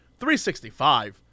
365